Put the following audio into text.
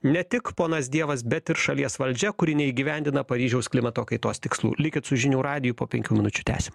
ne tik ponas dievas bet ir šalies valdžia kuri neįgyvendina paryžiaus klimato kaitos tikslų likit su žinių radiju po penkių minučių tęsim